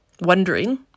wondering